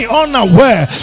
unaware